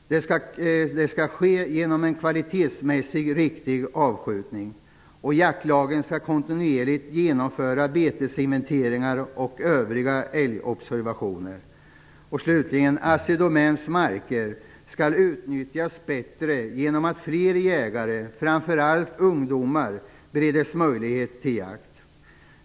Det skall ske genom en kvalitetsmässigt riktig avskjutning. -- Jaktlagen skall kontinuerligt genomföra betesinventeringar och övriga älgobservationer. -- Assidomäns marker skall utnyttjas bättre genom att fler jägare, framför allt ungdomar, bereds möjlighet till jakt.